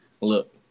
Look